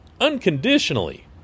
unconditionally